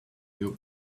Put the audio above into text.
you